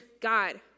God